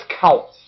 counts